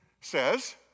says